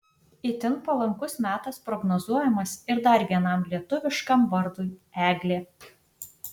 itin palankus metas prognozuojamas ir dar vienam lietuviškam vardui eglė